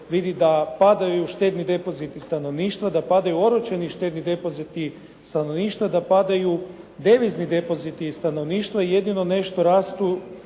vidi da padaju štedni depoziti stanovništva, da padaju oročeni štedni depoziti stanovništva, da padaju devizni depoziti stanovništva i jedino nešto rastu